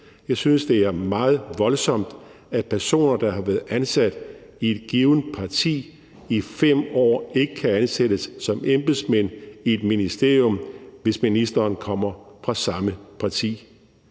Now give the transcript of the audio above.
Jeg synes, det er meget voldsomt, at personer, der har været ansat i et givent parti i 5 år, ikke kan ansættes som embedsmænd i et ministerium, hvis ministeren kommer fra samme parti.